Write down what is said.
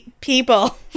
people